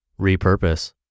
repurpose